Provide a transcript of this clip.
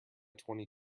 twenty